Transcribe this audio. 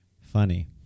Funny